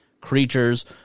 creatures